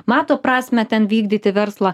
mato prasmę ten vykdyti verslą